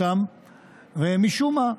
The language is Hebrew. ומשום מה,